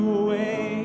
away